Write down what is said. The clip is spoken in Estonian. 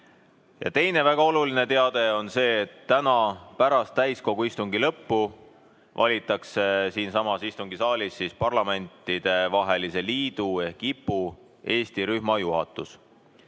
ühendust. Teine väga oluline teade on see, et täna pärast täiskogu istungi lõppu valitakse siinsamas istungisaalis Parlamentidevahelise Liidu ehk IPU Eesti rühma juhatus.